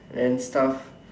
and stuff